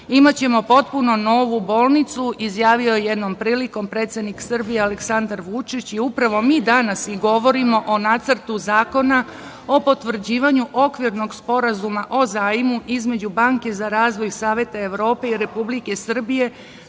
Imaćemo potpuno novu bolnicu izjavio je jednom prilikom predsednik Srbije Aleksandar Vučić. Upravo mi danas govorimo o Nacrtu zakona o potvrđivanju okvirnog sporazuma o zajmu između Banke za razvoj Saveta Evrope i Republike Srbije